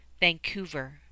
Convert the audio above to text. Vancouver